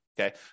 okay